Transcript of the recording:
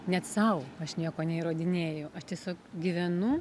net sau aš nieko neįrodinėju aš tiesiog gyvenu